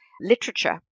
literature